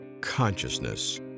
consciousness